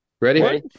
Ready